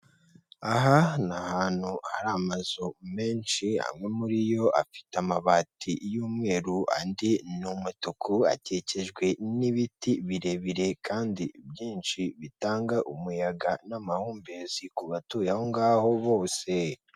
Aha ni ahantu hari amazu menshi, amwe muri yo afite amabati y'umweru, andi n'umutuku, akikejwe n'ibiti birebire kandi byinshi bitanga umuyaga n'amahumbezi ku batuye aho ngaho bose.